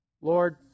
Lord